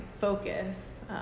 focus